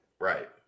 right